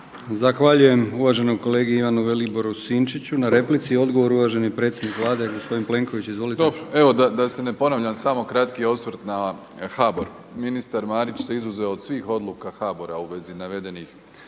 Zahvaljujem uvaženom kolegi Ivanu Viliboru Sinčiću na replici. Odgovor, uvaženi predsjednik Vlade gospodin Plenković. Izvolite. **Plenković, Andrej (HDZ)** Dobro, evo da se ne ponavljam samo kratki osvrt ha HBOR. Ministar Marić se izuzeo od svih odluka HBRO-a u vezi navedenih